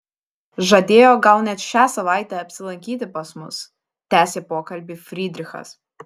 žadėjo gal net šią savaitę apsilankyti pas mus tęsė pokalbį frydrichas